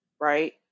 right